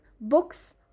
books